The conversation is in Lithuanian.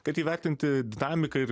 kad įvertinti dinamiką ir